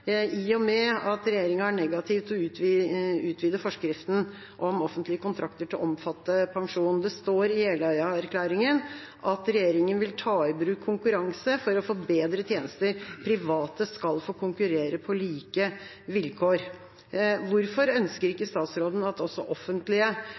i og med at regjeringa er negativ til å utvide forskriften om offentlige kontrakter til å omfatte pensjon. Det står i Jeløya-erklæringen at regjeringa vil ta i bruk konkurranse for å få bedre tjenester, og at private skal få konkurrere på like vilkår. Hvorfor ønsker ikke